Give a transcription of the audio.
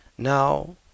Now